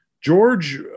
George